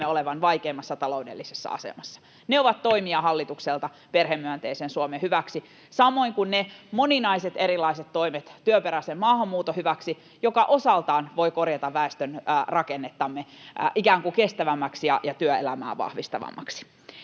olevan vaikeimmassa taloudellisessa asemassa. Ne ovat hallitukselta toimia perhemyönteisen Suomen hyväksi samoin kuin ne moninaiset erilaiset toimet työperäisen maahanmuuton hyväksi, joka osaltaan voi korjata väestömme rakennetta ikään kuin kestävämmäksi ja työelämää vahvistavammaksi.